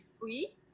free